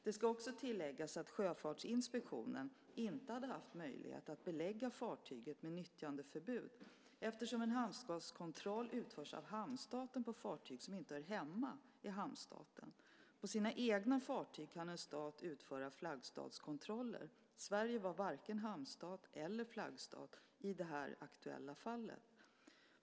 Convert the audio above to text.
Det ska också tilläggas att Sjöfartsinspektionen inte hade haft möjlighet att belägga fartyget med nyttjandeförbud eftersom en hamnstatskontroll utförs av hamnstaten på fartyg som inte hör hemma i hamnstaten. På sina egna fartyg kan en stat utföra flaggstatskontroller. Sverige var varken hamnstat eller flaggstat i det aktuella fallet.